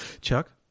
Chuck